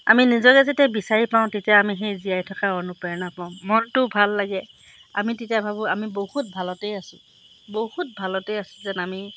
আমি নিজকে যেতিয়া বিচাৰি পাওঁ তেতিয়া আমি সেই জীয়াই থকাৰ অনুপ্ৰেৰণা পাওঁ মনটো ভাল লাগে আমি তেতিয়া ভাবোঁ আমি বহুত ভালতেই আছোঁ বহুত ভালতে আছোঁ যেন আমি